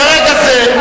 מרגע זה,